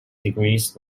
degrees